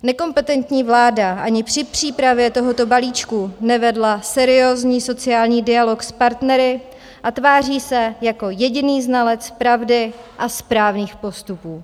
Nekompetentní vláda ani při přípravě tohoto balíčku nevedla seriózní sociální dialog s partnery a tváří se jako jediný znalec pravdy a správných postupů.